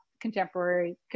contemporary